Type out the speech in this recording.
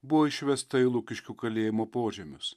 buvo išvesta į lukiškių kalėjimo požemius